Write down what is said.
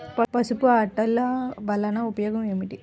పసుపు అట్టలు వలన ఉపయోగం ఏమిటి?